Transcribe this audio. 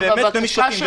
משפטים.